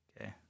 Okay